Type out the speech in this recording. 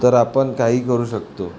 तर आपण काही करू शकतो